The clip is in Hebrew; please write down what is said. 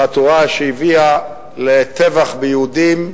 והתורה שהביאה לטבח ביהודים,